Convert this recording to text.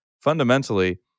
fundamentally